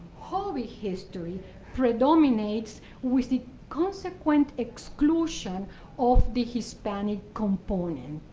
hobby history predominates with the consequent exclusion of the hispanic component.